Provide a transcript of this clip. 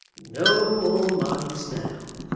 no more mugs now.